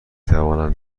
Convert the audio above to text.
توانم